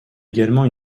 également